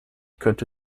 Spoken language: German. könnte